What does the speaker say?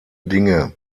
dinge